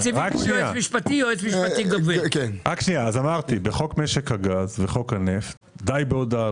כפי שאמרתי, בחוק משק הגז ובחוק הנפט די בהודעה.